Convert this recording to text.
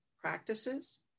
practices